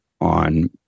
on